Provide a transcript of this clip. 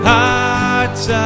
Hearts